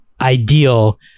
ideal